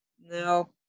no